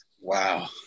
Wow